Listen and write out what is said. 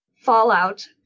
fallout